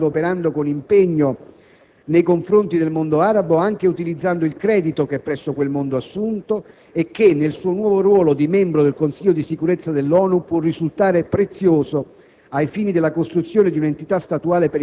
In entrambi i sensi il Governo italiano si sta adoperando con impegno nei confronti del mondo arabo, anche utilizzando il credito che presso quel mondo ha assunto e che - nel suo nuovo ruolo di membro del Consiglio di sicurezza dell'ONU -può risultare prezioso,